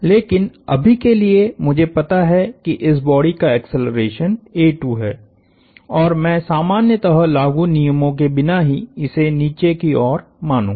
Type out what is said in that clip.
लेकिन अभी के लिए मुझे पता है कि इस बॉडी का एक्सेलरेशनहै और मैं सामान्यतः लागु नियमों के बिना ही इसे नीचे की ओर मानूंगा